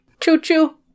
Choo-choo